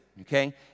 Okay